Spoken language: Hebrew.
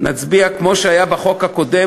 כמו בחוק הקודם,